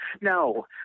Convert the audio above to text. No